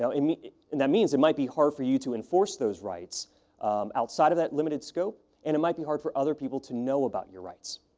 i mean and that means it might be hard for you to enforce those rights outside of that limited scope and it might be hard for other people to know about your rights.